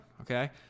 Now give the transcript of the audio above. Okay